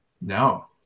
No